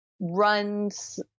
runs